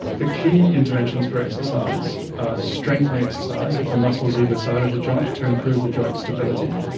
the key interventions for exercise are strengthening exercise of the muscles either side of the joint to improve the joint stability.